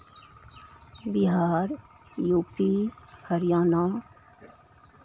Bihar U P Haryana